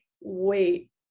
wait